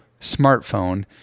smartphone